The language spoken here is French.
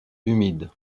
humides